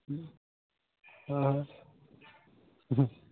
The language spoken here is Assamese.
অঁ